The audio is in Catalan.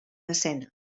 escena